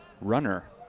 runner